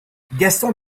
gaston